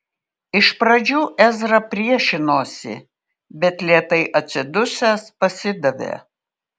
iš pradžių ezra priešinosi bet lėtai atsidusęs pasidavė